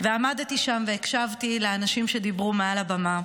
עמדתי שם והקשבתי לאנשים שדיברו מעל הבמה,